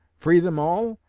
free them all,